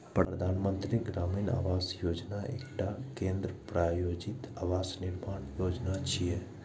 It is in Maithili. प्रधानमंत्री ग्रामीण आवास योजना एकटा केंद्र प्रायोजित आवास निर्माण योजना छियै